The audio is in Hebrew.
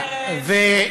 לזרוע ארס ורעל.